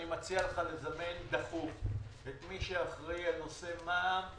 אני מציע לך לזמן דחוף את מי שאחראי על נושא מע"מ.